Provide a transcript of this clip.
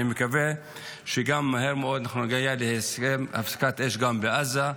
אני מקווה שמהר מאוד אנחנו נגיע להסכם הפסקת אש גם בעזה,